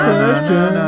question